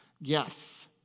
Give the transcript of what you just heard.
Yes